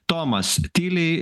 tomas tyliai